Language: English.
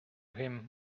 him